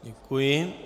Děkuji.